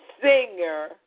singer